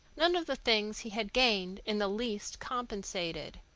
none of the things he had gained in the least compensated.